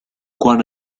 quan